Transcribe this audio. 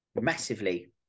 massively